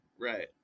Right